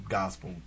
gospel